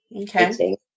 Okay